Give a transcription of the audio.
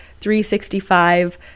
365